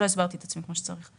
לא הסברתי את עצמי כמו שצריך.